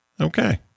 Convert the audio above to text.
Okay